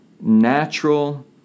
natural